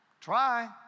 Try